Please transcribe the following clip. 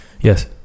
Yes